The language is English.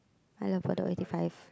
I love Bedok eighty five